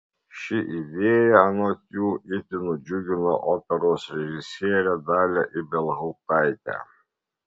ši idėja anot jų itin nudžiugino operos režisierę dalią ibelhauptaitę